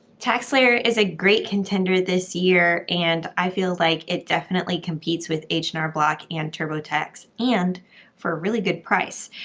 taxslayer is a great contender this year and i feel like it definitely competes with h and r block and turbotax and for a really good price.